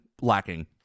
lacking